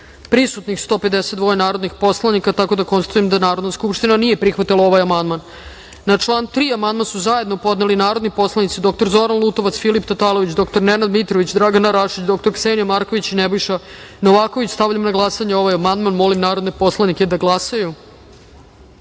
prisutna 153 narodna poslanika. Konstatujem da Narodna skupština nije prihvatila ovaj amandman. Na član 2. amandman su zajedno podneli narodni poslanici dr Zoran Lutovac, Filip Tatalović, dr Nenad Mitrović, Dragana Rašić, dr Ksenija Markovć i Nebojša Novaković. Stavljam na glasanje ovaj amandman. Molim narodne poslanike da